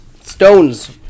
stones